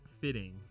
fitting